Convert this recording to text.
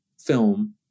film